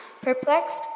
perplexed